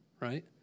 Right